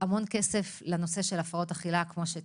המון כסף הוקצב לנושא הפרעות אכילה, כפי שציינו.